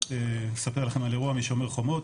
לספר לכם על אירוע משומר חומות,